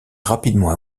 rapidement